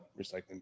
recycling